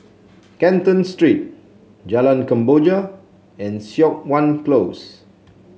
Canton Street Jalan Kemboja and Siok Wan Close